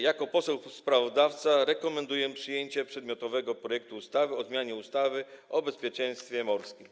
Jako poseł sprawozdawca rekomenduję przyjęcie przedmiotowego projektu ustawy o zmianie ustawy o bezpieczeństwie morskim.